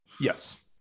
Yes